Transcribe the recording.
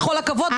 בכל הכבוד,